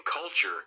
culture